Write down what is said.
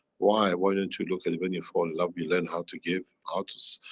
why, why don't you look at when you fall in love, you learn how to give, how to s.